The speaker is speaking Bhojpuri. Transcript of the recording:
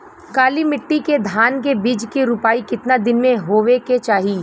काली मिट्टी के धान के बिज के रूपाई कितना दिन मे होवे के चाही?